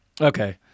Okay